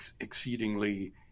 exceedingly